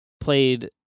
played